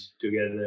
together